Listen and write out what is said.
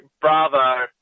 Bravo